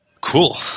Cool